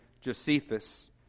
Josephus